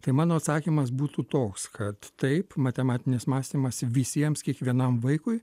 tai mano atsakymas būtų toks kad taip matematinis mąstymas visiems kiekvienam vaikui